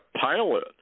pilot